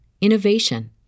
innovation